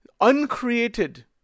uncreated